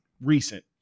recent